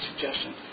suggestion